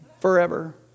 forever